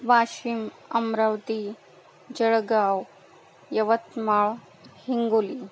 Washim Amravati Jalgaon Yavatmal Hingoli